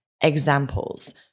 Examples